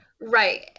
Right